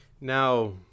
Now